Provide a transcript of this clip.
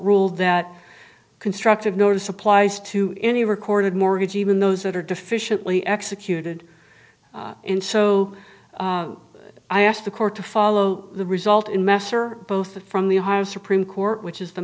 ruled that constructive notice applies to any recorded mortgage even those that are deficient we executed and so i asked the court to follow the result in mass or both from the higher supreme court which is the